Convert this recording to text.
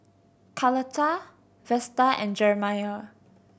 Carlotta Vesta and Jeremiah